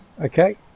Okay